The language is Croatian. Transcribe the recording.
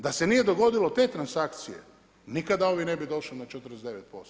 Da se nije dogodilo te transakcije nikada ovi ne bi došli na 49%